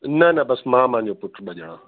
न न बसि मां मांजो पुट ॿ ॼणा